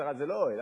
המטרה זה לא אוהל.